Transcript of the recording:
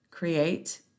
create